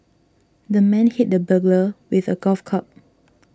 the man hit the burglar with a golf club